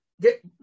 get